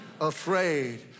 afraid